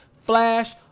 flash